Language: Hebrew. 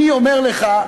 אני אומר לך,